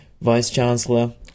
Vice-Chancellor